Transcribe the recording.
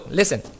listen